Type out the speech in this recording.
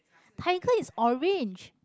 tiger is orange